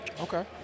Okay